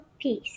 peace